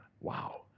wow